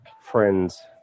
friends